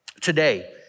today